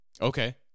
Okay